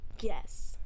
Yes